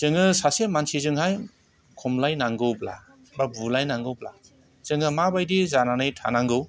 जोङो सासे मानसिजोंहाय खमलायनांगौब्ला बा बुलायनांगौब्ला जोङो माबायदि जानानै थानांगौ